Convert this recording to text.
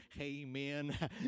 Amen